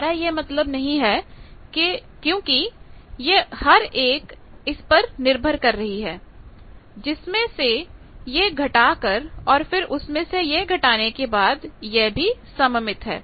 हमारा मतलब यह नहीं है क्योंकि यह हर एक इस पर निर्भर कर रही है जिसमें से यह घटाकर और फिर उसमें से यह घटाने के बाद यह भी सममित है